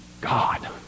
God